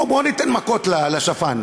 בוא ניתן מכות לשפן.